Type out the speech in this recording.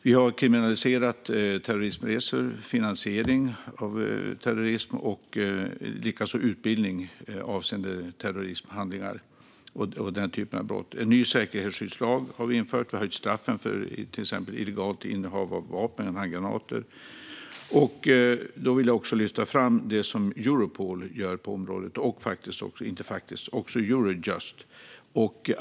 Vi har kriminaliserat terrorismresor, finansiering av terrorism och utbildning avseende terroristhandlingar och den typen av brott. En ny säkerhetsskyddslag har vi infört. Och vi har höjt straffen för till exempel illegalt innehav av vapen och handgranater. Jag vill också lyfta fram det Europol och Eurojust gör på området.